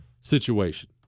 situation